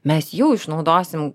mes jau išnaudosim